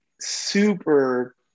super